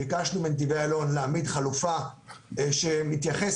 ביקשנו מנתיבי איילון להעמיד חלופה שמתייחסת